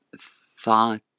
thought